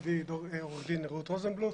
אנחנו,